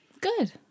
Good